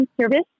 service